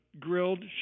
grilled